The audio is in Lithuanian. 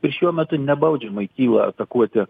ir šiuo metu nebaudžiamai kyla atakuoti